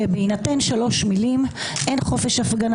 בהינתן שלוש מילים אין חופש הפגנה